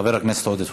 חבר הכנסת עודד פורר.